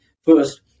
first